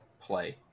play